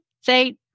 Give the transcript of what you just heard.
say